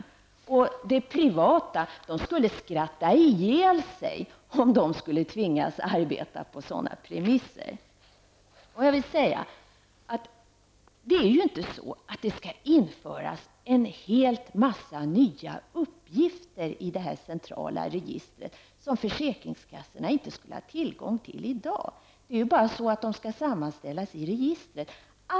Människor inom det privata näringslivet skulle skratta ihjäl sig om de skulle tvingas arbeta på sådana premisser. Det skall emellertid inte införas en mängd nya uppgifter i detta centrala register som försäkringskassorna i dag inte har tillgång till. Försäkringskassornas uppgifter skall bara sammanställas i register.